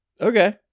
okay